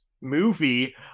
movie